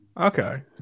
okay